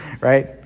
right